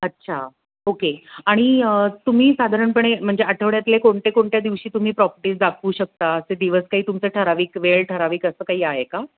अच्छा ओके आणि तुम्ही साधारणपणे म्हणजे आठवड्यातले कोणत्या कोणत्या दिवशी तुम्ही प्रॉपर्टीज दाखवू शकता ते दिवस काही तुमचे ठराविक वेळ ठराविक असं काही आहे का